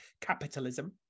capitalism